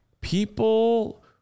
People